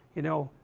you know,